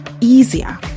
easier